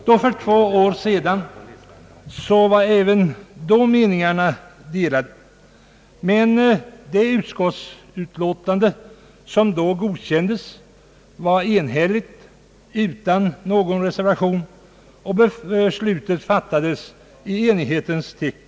även för två år sedan var meningarna delade, men det utskottsutlåtande som då godkändes var enhälligt utan någon reservation, och beslutet fattades i enighetens tecken.